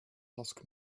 ask